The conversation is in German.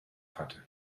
hatte